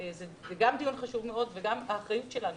זה גם דיון חשוב מאוד וזו גם האחריות שלנו